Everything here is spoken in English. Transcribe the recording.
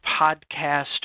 podcast